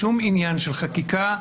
בשום עניין של חקיקה,